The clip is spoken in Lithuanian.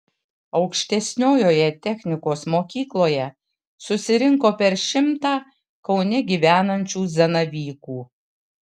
aukštesniojoje technikos mokykloje susirinko per šimtą kaune gyvenančių zanavykų